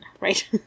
right